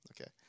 Okay